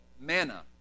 manna